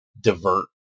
divert